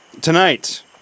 Tonight